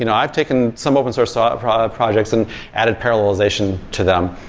you know i've taken some open source ah ah projects and added parallelization to them.